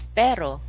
pero